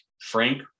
Frank